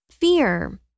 Fear